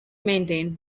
maintained